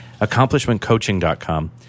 AccomplishmentCoaching.com